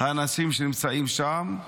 האנשים שנמצאים שם.